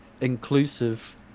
inclusive